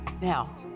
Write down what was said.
now